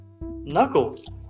knuckles